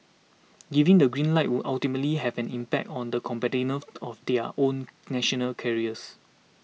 giving the green light would ultimately have an impact on the competitiveness of their own national carriers